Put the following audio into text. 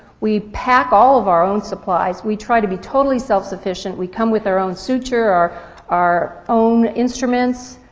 we pack all of our own supplies. we try to be totally self-sufficient, we come with our own suture, our our own instruments,